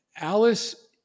Alice